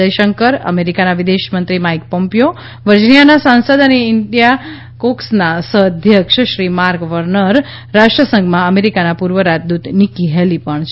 જયશંકર અમેરિકના વિદેશ મંત્રી માઇક પોમ્પીયો વર્જિનિયાના સાંસદ અને ઈન્ડિયા કોકસના સહ અધ્યક્ષ શ્રી માર્ક વર્નર રાષ્ટ્રસંઘમાં અમેરિકાના પૂર્વ રાજદ્રત નિક્કી હેલી પણ છે